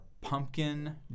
pumpkin